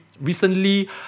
recently